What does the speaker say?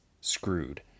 screwed